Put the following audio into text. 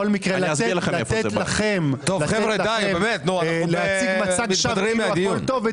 לתת לכם להציג מצג-שווא כאילו הכול טוב,